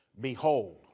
Behold